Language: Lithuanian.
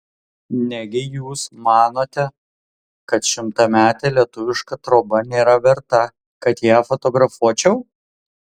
negi jūs manote kad šimtametė lietuviška troba nėra verta kad ją fotografuočiau